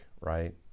right